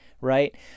right